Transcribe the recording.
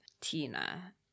Tina